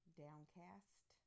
downcast